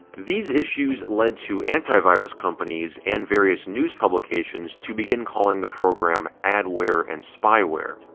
these issues led to antivirus companies and various news publications to begin calling the program adware and spyware.